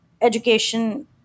education